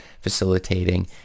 facilitating